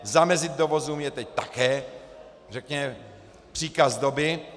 Zamezit dovozům je teď také řekněme příkaz doby.